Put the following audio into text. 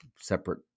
separate